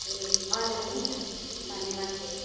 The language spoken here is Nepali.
ए हजुर हुन्छ धन्यवाद है त